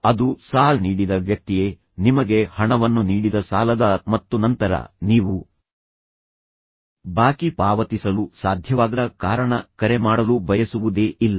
ಅದು ಸಾಲ ನೀಡಿದ ವ್ಯಕ್ತಿಯೇ ನಿಮಗೆ ಹಣವನ್ನು ನೀಡಿದ ಸಾಲದಾತ ಮತ್ತು ನಂತರ ನೀವು ಬಾಕಿ ಪಾವತಿಸಲು ಸಾಧ್ಯವಾಗದ ಕಾರಣ ಕರೆ ಮಾಡಲು ಬಯಸುವುದೇ ಇಲ್ಲ